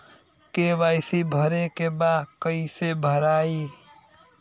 KYC भरे के बा कइसे भराई?